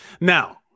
Now